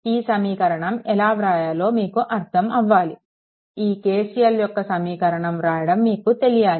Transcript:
ఈ సమీకరణం ఎలా వ్రాయాలో మీకు అర్థం అవ్వాలి ఈ KCL యొక్క సమీకరణం వ్రాయడం మీకు తెలియాలి